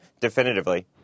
definitively